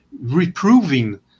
reproving